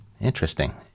Interesting